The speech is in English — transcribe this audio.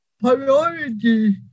Priority